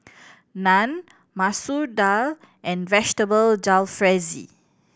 Naan Masoor Dal and Vegetable Jalfrezi